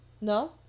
No